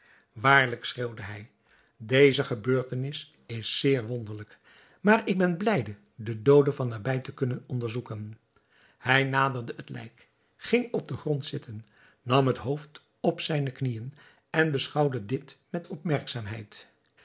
waarlijk schreeuwde hij deze gebeurtenis is zeer verwonderlijk maar ik ben blijde den doode van nabij te kunnen onderzoeken hij naderde het lijk ging op den grond zitten nam het hoofd op zijne knieën en beschouwde dit met